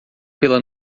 pela